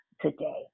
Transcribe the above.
today